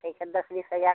जैसे दस बीस हज़ार